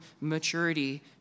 maturity